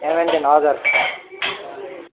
Hamilton हजुर